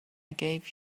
gave